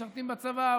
משרתים בצבא,